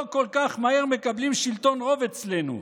לא כל כך מהר מקבלים שלטון רוב אצלנו,